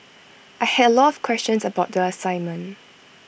I had A lot of questions about the assignment